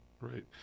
Right